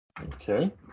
Okay